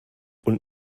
und